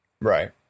Right